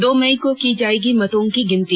दो मई को की जाएगी मतों की गिनती